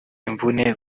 imvune